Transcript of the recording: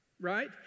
right